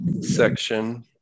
section